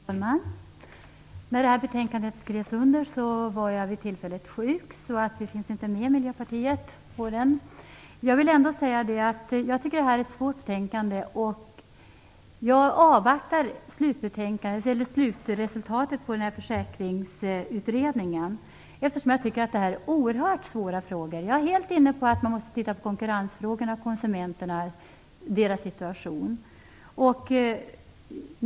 Herr talman! När detta betänkande skrevs under var jag tillfälligt sjuk, så Miljöpartiet finns inte med. Jag vill ändå säga att jag tycker detta är svårt. Jag avvaktar slutbetänkandet från Försäkringsutredningen eftersom jag tycker detta gäller oerhört svåra frågor. Jag är helt inne på att man måste titta på konkurrensfrågorna och konsumenternas situation.